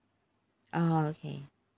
oh okay